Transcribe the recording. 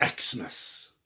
Xmas